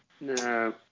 No